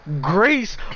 grace